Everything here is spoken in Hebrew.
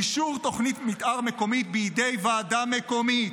אישור תוכנית מתאר מקומית בידי ועדת מקומית.